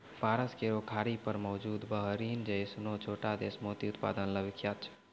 फारस केरो खाड़ी पर मौजूद बहरीन जैसनो छोटो देश मोती उत्पादन ल विख्यात छै